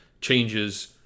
Changes